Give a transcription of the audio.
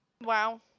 Wow